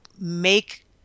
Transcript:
make